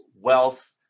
wealth